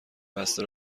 بسته